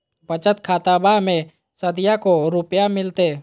बचत खाताबा मे सुदीया को रूपया मिलते?